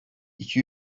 iki